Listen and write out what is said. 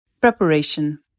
Preparation